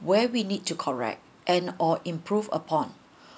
where we need to correct and or improve upon